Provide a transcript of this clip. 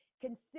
Consider